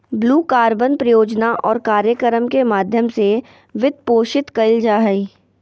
blue carbon परियोजना और कार्यक्रम के माध्यम से वित्तपोषित कइल जा हइ